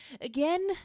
again